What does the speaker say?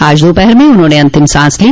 आज दोपहर में उन्होंने अंतिम सांस ली